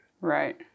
Right